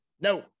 No